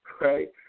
right